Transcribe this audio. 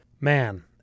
Man